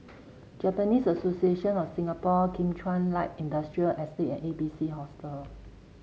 Japanese Association of Singapore Kim Chuan Light Industrial Estate and A B C Hostel